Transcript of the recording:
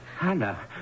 Anna